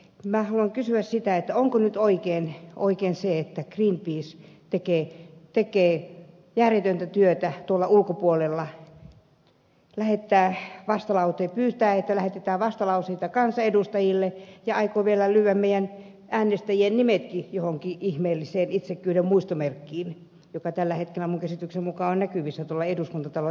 minä haluan kysyä sitä onko nyt oikein se että greenpeace tekee järjetöntä työtä tuolla ulkopuolella pyytää että lähetetään vastalauseita kansanedustajille ja aikoo vielä lyödä meidän äänestäjien nimetkin johonkin ihmeelliseen itsekkyyden muistomerkkiin joka tällä hetkellä minun käsitykseni mukaan on näkyvissä tuolla eduskuntatalon edessä